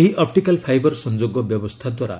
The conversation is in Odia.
ଏହି ଅପ୍ରିକାଲ୍ ଫାଇବର ସଂଯୋଗ ବ୍ୟବସ୍ଥା ଦ୍ୱାରା